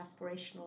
aspirational